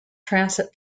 transit